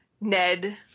Ned